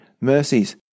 mercies